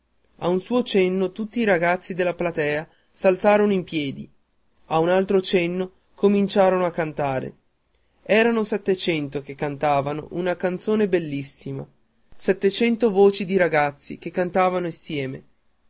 a un suo cenno tutti i ragazzi della platea s'alzarono in piedi a un altro cenno cominciarono a cantare erano settecento che cantavano una canzone bellissima settecento voci di ragazzi che cantano insieme